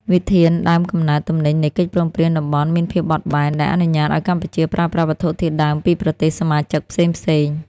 វិធានដើមកំណើតទំនិញនៃកិច្ចព្រមព្រៀងតំបន់មានភាពបត់បែន ដែលអនុញ្ញាតឱ្យកម្ពុជាប្រើប្រាស់វត្ថុធាតុដើមពីប្រទេសសមាជិកផ្សេងៗ។